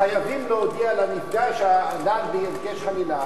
חייבים להודיע לנפגע שהאדם ביקש חנינה,